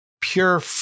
pure